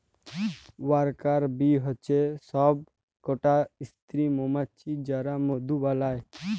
worker bee হচ্যে সব কটা স্ত্রী মমাছি যারা মধু বালায়